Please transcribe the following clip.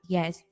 Yes